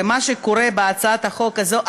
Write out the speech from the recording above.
ומה שקורה בהצעת החוק הזו,